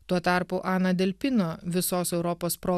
tuo tarpu ana delpino visos europos pro